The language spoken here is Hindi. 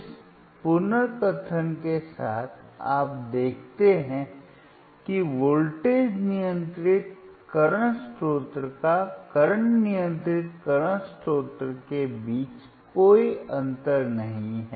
इस पुनर्कथन के साथ आप देखते हैं कि वोल्टेज नियंत्रित वर्तमान स्रोत या करंट नियंत्रित करंट स्रोत के बीच कोई अंतर नहीं है